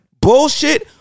bullshit